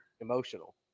emotional